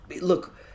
Look